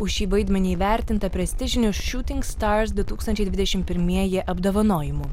už šį vaidmenį įvertinta prestižiniu shooting stars du tūkstančiai dvidešim pirmieji apdovanojimu